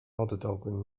oddałbym